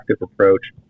approach